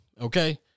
okay